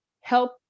help